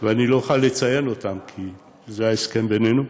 ואני לא אוכל לציין אותם כי זה ההסכם בינינו,